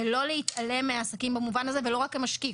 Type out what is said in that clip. ולא להתעלם מהעסקים במובן הזה, ולא רק כמשקיף.